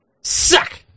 Suck